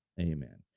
Amen